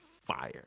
fire